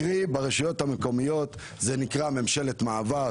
קרי ברשויות המקומיות זה נקרא ממשלת מעבר